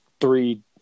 three